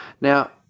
Now